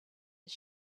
his